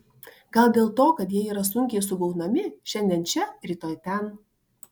gal dėl to kad jie yra sunkiai sugaunami šiandien čia rytoj ten